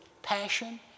passion